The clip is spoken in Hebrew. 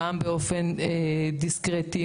גם באופן דיסקרטי,